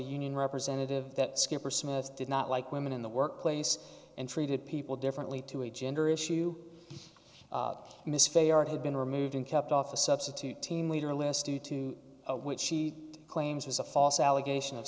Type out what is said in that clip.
union representative that skipper smith did not like women in the workplace and treated people differently to a gender issue misfired had been removed and kept off a substitute team leader list due to what she claims was a false allegation of